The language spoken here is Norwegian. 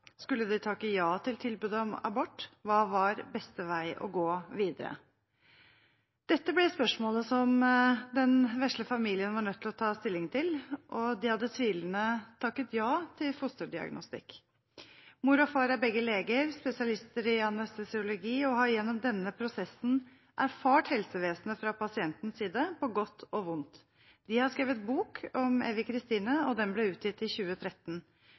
Skulle de takke ja til tilbudet om abort? Hva var beste vei å gå videre? Dette ble spørsmål den vesle familien var nødt til å ta stilling til. De hadde tvilende takket ja til fosterdiagnostikk.» Mor og far er begge leger, spesialister i anestesiologi, og har gjennom denne prosessen erfart helsevesenet fra pasientens side på godt og vondt. De har skrevet bok om Evy Kristine, og den ble utgitt i 2013.